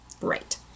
Right